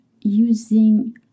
using